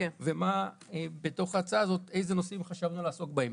ובאיזה נושאים בהצעה הזאת חשבנו לעסוק.